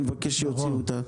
אני מבקש שיוציאו אותה.